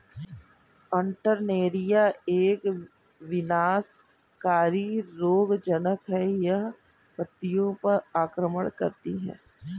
Alternaria एक विनाशकारी रोगज़नक़ है, यह पत्तियों पर आक्रमण करती है